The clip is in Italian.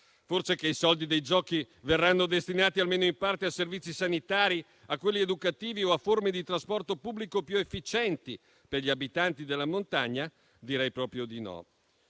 Forse che i soldi dei giochi verranno destinati almeno in parte a servizi sanitari, a quelli educativi o a forme di trasporto pubblico più efficienti per gli abitanti della montagna? Direi proprio di no.